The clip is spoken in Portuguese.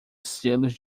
selos